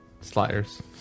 Sliders